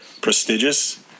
prestigious